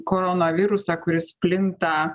koronavirusą kuris plinta